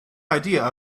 idea